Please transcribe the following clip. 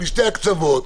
משני הקצוות,